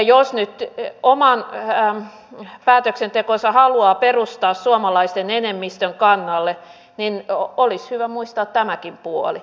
jos nyt oman päätöksentekonsa haluaa perustaa suomalaisten enemmistön kannalle niin olisi hyvä muistaa tämäkin puoli